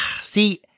See